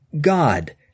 God